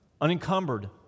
unencumbered